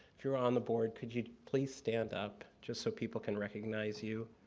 if you're on the board, could you please stand up just so people can recognize you.